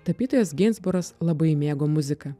tapytojas ginsburas labai mėgo muziką